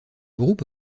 groupe